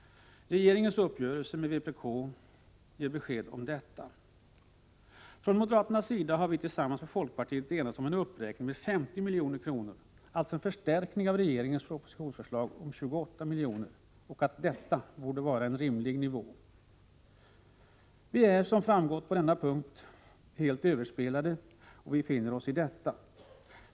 Regeringens uppgörelse med vpk ger besked om detta. Från moderaternas sida har vi tillsammans med folkpartiet enats om att en uppräkning med 50 miljoner — alltså en förstärkning av regeringens propositionförslag om 28 miljoner — borde var en rimlig nivå. Vi är som framgått på denna punkt helt överspelade och vi får finna oss i det.